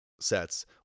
sets